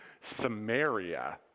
Samaria